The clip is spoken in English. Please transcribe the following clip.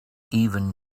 even